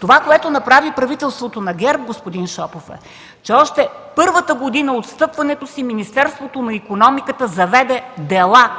Това, което направи правителството на ГЕРБ, господин Шопов, е, че още първата година от встъпването си Министерството на икономиката заведе дела.